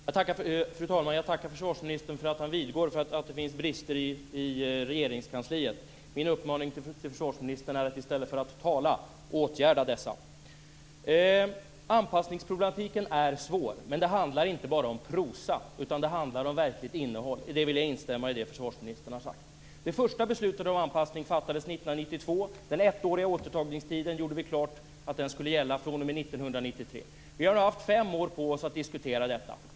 Fru talman! Jag tackar försvarsministern för att han vidgår att det finns brister i Regeringskansliet. Min uppmaning till försvarsministern är att åtgärda dessa i stället för att tala. Anpassningsproblematiken är svår, men det handlar inte bara om prosa utan också om verkligt innehåll. Jag vill instämma i det som försvarsministern har sagt om det. Det första beslutet om anpassning fattades 1992, och vi gjorde då klart att den ettåriga återtagningstiden skulle gälla från 1993. Vi har nu haft fem år på oss att diskutera detta.